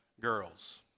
girls